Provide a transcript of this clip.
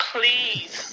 Please